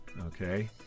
okay